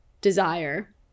desire